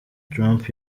trump